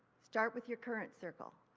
start with your current circle.